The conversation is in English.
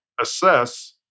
assess